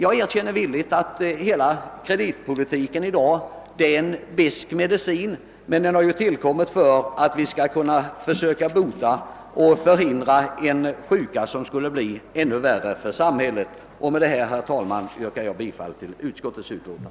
Jag erkänner villigt att kreditpolitiken i dag är en besk medicin, men vi måste ta denna för att bota eller förebygga sjukdomar som skulle vara ännu värre för samhället. Med dessa ord, herr talman, ber jag få yrka bifall till utskottets hemställan.